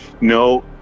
No